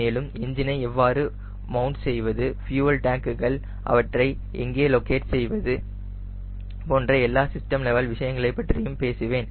மேலும் எஞ்சினை எவ்வாறு மௌண்ட் செய்வது ஃப்யூவல் டேங்குகள் அவற்றை எங்கே லொக்கெட் செய்வது போன்ற எல்லா சிஸ்டம் லெவல் விஷயங்களைப் பற்றியும் பேசுவேன்